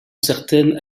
certaines